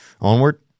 Onward